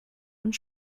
und